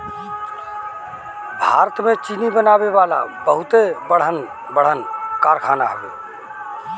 भारत में चीनी बनावे वाला बहुते बड़हन बड़हन कारखाना हवे